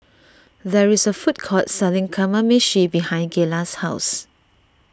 there is a food court selling Kamameshi behind Gayla's house